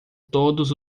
todos